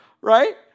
right